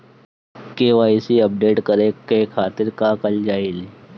KYC update करे के खातिर का कइल जाइ?